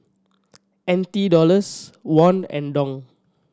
N T Dollars Won and Dong